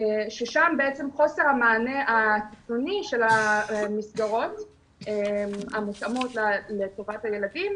ששם חוסר המענה הקיצוני של המסגרות המותאמות לטובת הילדים